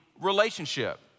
relationship